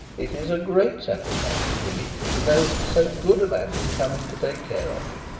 it is a great satisfaction to me to know that so good a man is coming to take care of you,